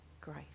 grace